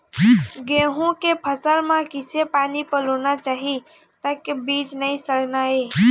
गेहूं के फसल म किसे पानी पलोना चाही ताकि बीज नई सड़ना ये?